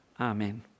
amen